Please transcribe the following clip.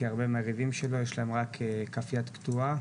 כי הרבה מהיריבים שלו יש להם רק כף יד קטועה,